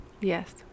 Yes